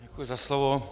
Děkuji za slovo.